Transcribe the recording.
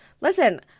listen